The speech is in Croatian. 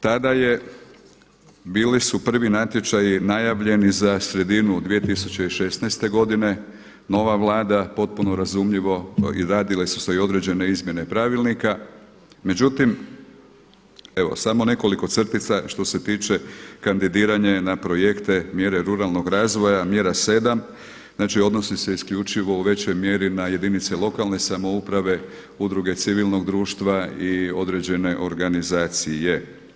Tada je bili su prvi natječaji najavljeni za sredinu 2016. godine, nova Vlada potpuno razumljivo i radile su se i određene izmjene pravilnika, međutim evo samo nekoliko crtica što se tiče kandidiranja na projekte, mjere ruralnog razvoja, mjera 7. znači odnosi se isključivo u većoj mjeri na jedinice lokalne samouprave, udruge civilnog društva i određene organizacije.